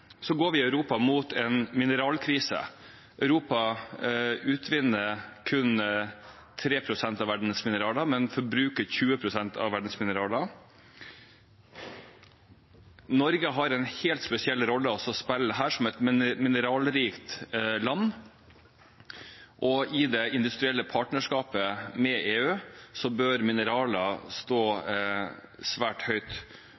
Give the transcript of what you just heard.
går vi i Europa mot en mineralkrise. Europa utvinner kun 3 pst. av verdens mineraler, men forbruker 20 pst. av verdens mineraler. Norge har en helt spesiell rolle å spille her som et mineralrikt land. I det industrielle partnerskapet med EU bør mineraler stå svært høyt